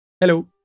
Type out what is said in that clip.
Hello